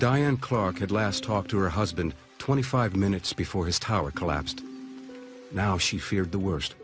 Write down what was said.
diane clark at last talked to her husband twenty five minutes before his tower collapsed now she feared the worst